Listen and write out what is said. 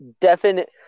definite